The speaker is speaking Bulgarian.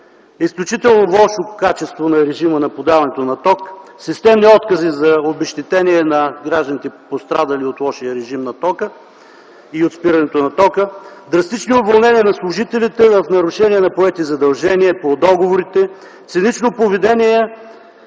изключително лошо качество на режима на подаване на ток, системни откази за обезщетения на гражданите, пострадали от лошия режим на тока и от спирането му, драстични уволнения на служителите в нарушение на поети задължения по договорите, цинично поведение